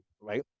right